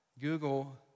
Google